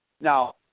Now